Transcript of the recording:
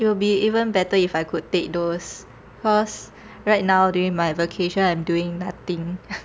it will be even better if I could take those cause right now during my vacation I'm doing nothing